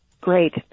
Great